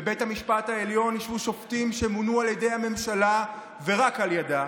בבית המשפט העליון ישבו שופטים שמונו על ידי הממשלה ורק על ידה,